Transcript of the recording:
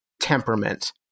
temperament